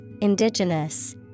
indigenous